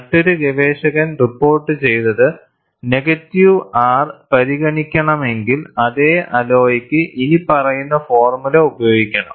മറ്റൊരു ഗവേഷകൻ റിപ്പോർട്ടുചെയ്തത് നെഗറ്റീവ് R പരിഗണിക്കണമെങ്കിൽ അതേ അലോയ്ക്ക് ഇനിപ്പറയുന്ന ഫോർമുല ഉപയോഗിക്കണം